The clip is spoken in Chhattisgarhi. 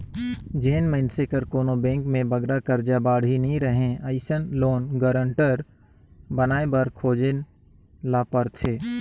जेन मइनसे कर कोनो बेंक में बगरा करजा बाड़ही नी रहें अइसन लोन गारंटर बनाए बर खोजेन ल परथे